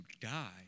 die